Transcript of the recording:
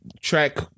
track